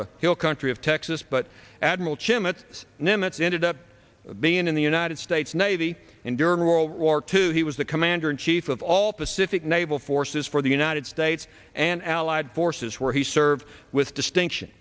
the hill country of texas but admiral chim it is nimitz ended up being in the united states navy and during world war two he was the commander in chief of all pacific naval forces for the united states and allied forces where he served with distinction